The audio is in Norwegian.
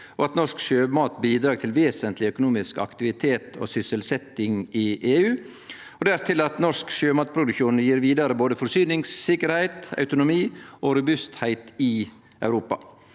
norsk sjømat bidreg til vesentleg økonomisk aktivitet og sysselsetjing i EU, og dertil at norsk sjømatproduksjon gjev vidare både forsyningssikkerheit, autonomi og robustheit i Europa.